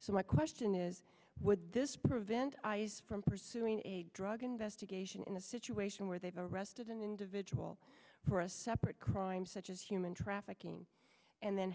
so my question is would this prevent us from pursuing a drug investigation in a situation where they've arrested an individual for a separate crime such as human trafficking and then